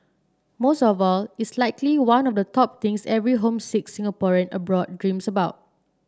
most of all it's likely one of the top things every homesick Singaporean abroad dreams about